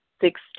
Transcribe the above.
six